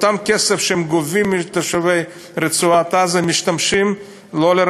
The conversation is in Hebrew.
אותו כסף שהם גובים מתושבי רצועת-עזה לא משמש לרווחתם.